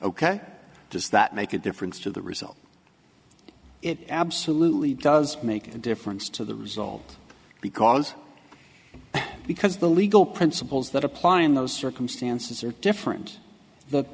ok does that make a difference to the result it absolutely does make a difference to the result because because the legal principles that apply in those circumstances are different